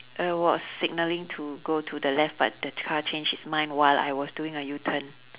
I was signalling to go to the left but the car changed its mind while I was doing a u turn